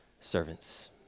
servants